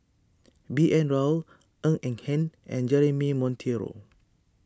B N Rao Ng Eng Hen and Jeremy Monteiro